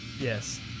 Yes